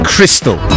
Crystal